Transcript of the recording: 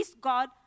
God